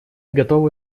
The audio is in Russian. готовы